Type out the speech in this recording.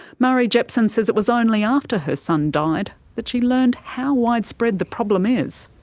marie jepson says it was only after her son died that she learned how widespread the problem is.